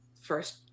first